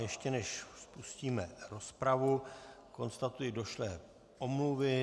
Ještě než spustíme rozpravu, konstatuji došlé omluvy.